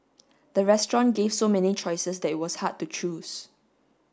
the restaurant gave so many choices that it was hard to choose